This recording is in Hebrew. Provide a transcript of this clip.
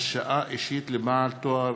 (הרשאה אישית לבעל תואר